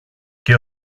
και